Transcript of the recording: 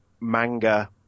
manga